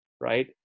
right